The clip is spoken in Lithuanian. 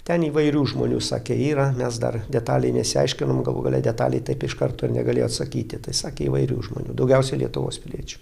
ten įvairių žmonių sakė yra mes dar detaliai nesiaiškinom galų gale detaliai taip iš karto ir negalėjo atsakyti tai sakė įvairių žmonių daugiausiai lietuvos piliečių